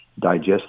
digest